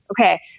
Okay